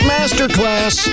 Masterclass